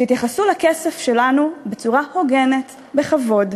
שיתייחסו לכסף שלנו בצורה הוגנת, בכבוד.